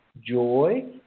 joy